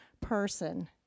person